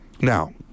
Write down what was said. Now